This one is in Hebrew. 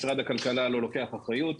משרד הכלכלה לא לוקח אחריות,